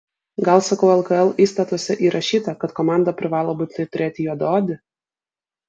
gal sakau lkl įstatuose įrašyta kad komanda privalo būtinai turėti juodaodį